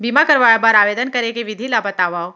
बीमा करवाय बर आवेदन करे के विधि ल बतावव?